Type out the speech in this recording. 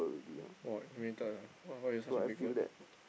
!wah! ah why why use such a big word